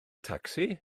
tacsi